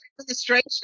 administration